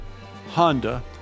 Honda